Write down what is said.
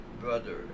brother